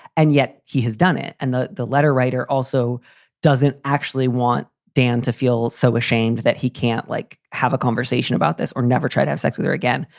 and yet he has done it. and the the letter writer also doesn't actually want dan to feel so ashamed that he can't, like, have a conversation about this or never try to have sex with her again.